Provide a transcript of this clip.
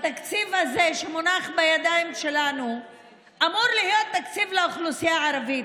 בתקציב הזה שמונח בידיים שלנו אמור להיות תקציב לאוכלוסייה הערבית.